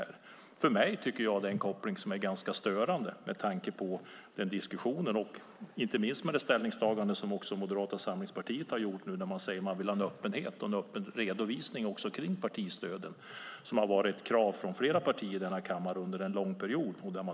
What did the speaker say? Jag tycker att det är en koppling som är ganska störande, inte minst med tanke på Moderata samlingspartiets ställningstagande där man säger att man vill ha en öppen redovisning av partistöden. Det har varit ett krav från flera partier i kammaren under en lång period.